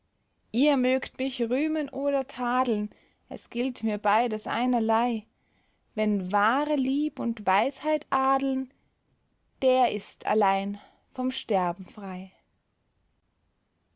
ihr mögt mich rühmen oder tadeln es gilt mir beides einerlei wen wahre lieb und weisheit adeln der ist allein vom sterben frei